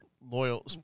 loyal